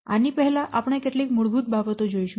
આની પહેલાં આપણે કેટલીક મૂળભૂત બાબતો જોશું